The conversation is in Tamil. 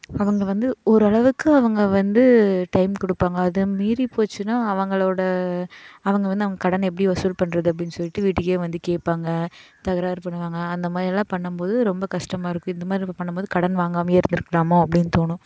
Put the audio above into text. அவங்க வந்து ஓரளவுக்கு அவங்க வந்து டைம் கொடுப்பாங்க அதை மீறி போச்சுனால் அவங்களோடய அவங்க வந்து அவங் கடனை எப்படி வசூல் பண்ணுறது அப்டின்னு சொல்லிட்டு வீட்டுக்கே வந்து கேட்பாங்க தகராறு பண்ணுவாங்க அந்த மாதிரியெல்லாம் பண்ணும்போது ரொம்ப கஷ்டமாக இருக்கும் இந்த மாதிரி நம்ப பண்ணும்போது கடன் வாங்காமயே இருந்திருக்கலாமோ அப்டின்னு தோணும்